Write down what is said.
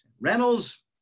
Reynolds